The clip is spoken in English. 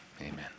Amen